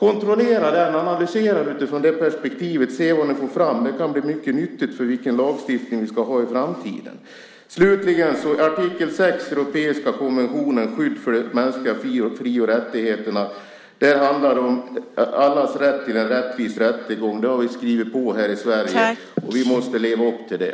Kontrollera och analysera utifrån det perspektivet så får ni se vad ni får fram! Det kan bli mycket nyttigt när det gäller vilken lagstiftning vi ska ha i framtiden. Artikel 6 i den europeiska konventionen om skydd för de mänskliga fri och rättigheterna handlar om allas rätt till en rättvis rättegång. Det har vi skrivit på här i Sverige, och vi måste leva upp till det.